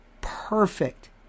perfect